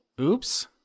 oops